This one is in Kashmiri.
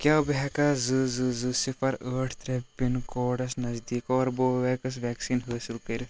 کیٛاہ بہٕ ہیٚکیٛاہ زٕ زٕ زٕ صِفَر ٲٹھ ترٛےٚ پِن کوڈس نزدیٖک کاربوٮ۪کس وٮ۪کسیٖن حٲصِل کٔرِتھ